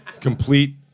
Complete